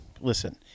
listen